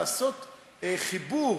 לעשות חיבור,